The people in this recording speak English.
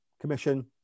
commission